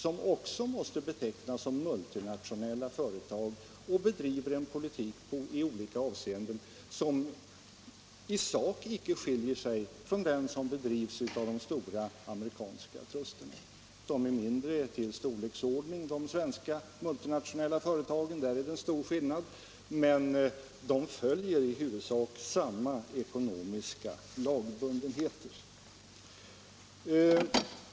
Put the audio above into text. De måste också betecknas som multinationella företag, och de bedriver en politik som i sak icke skiljer sig från den som bedrivs av de stora amerikanska trusterna. De svenska multinationella företagen är av mindre storlek — där är det en stor skillnad — men de följer i huvudsak samma ekonomiska lagbundenhet.